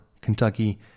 Kentucky